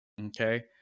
Okay